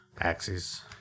axes